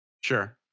Sure